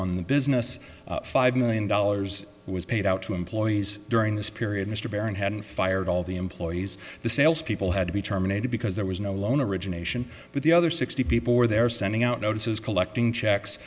the business five million dollars was paid out to employees during this period mr barron hadn't fired all the employees the salespeople had to be terminated because there was no loan origination but the other sixty people were there sending out notices collecting checks